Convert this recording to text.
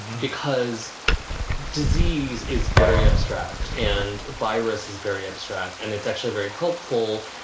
because disease is very abstract and virus is very abstract, and it's actually very helpful